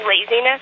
laziness